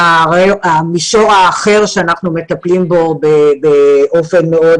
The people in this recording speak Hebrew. המישור האחר בו אנחנו מטפלים בו באופן מאוד